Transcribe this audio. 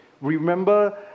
remember